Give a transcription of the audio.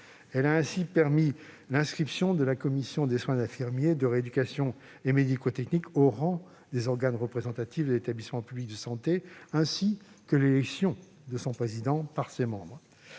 avons donc prévu l'inscription de la commission des soins infirmiers, de rééducation et médico-techniques (CSIRMT) au rang des organes représentatifs de l'établissement public de santé, ainsi que l'élection de son président par ses membres.